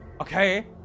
Okay